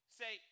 say